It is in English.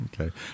Okay